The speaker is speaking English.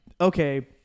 okay